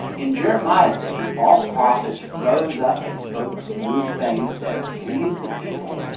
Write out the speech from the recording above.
in jeremiah's day, false prophets rose up and spoke smooth things that pleased the people.